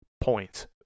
points